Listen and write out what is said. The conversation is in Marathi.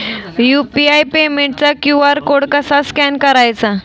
यु.पी.आय पेमेंटचा क्यू.आर कोड कसा स्कॅन करायचा?